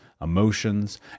emotions